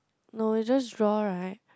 no is just draw right